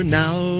now